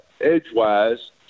edgewise